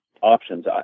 options